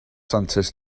santes